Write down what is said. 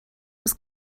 was